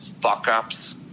fuck-ups